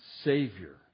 Savior